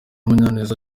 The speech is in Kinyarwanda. munyaneza